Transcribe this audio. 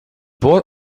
boy